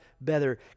better